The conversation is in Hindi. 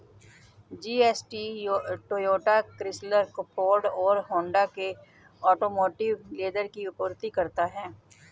जी.एस.टी टोयोटा, क्रिसलर, फोर्ड और होंडा के ऑटोमोटिव लेदर की आपूर्ति करता है